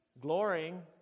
glorying